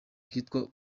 kitwa